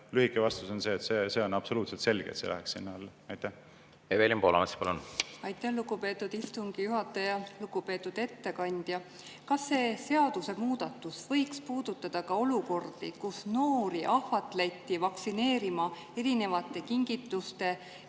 lühike vastus on see, et see on absoluutselt selge, et see läheks sinna alla. Evelin Poolamets, palun! Aitäh, lugupeetud istungi juhataja! Lugupeetud ettekandja! Kas see seadusemuudatus võiks puudutada ka olukordi, kus noori ahvatleti vaktsineerima erinevate kingituste,